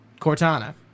Cortana